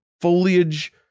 foliage